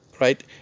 right